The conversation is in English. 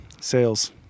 Sales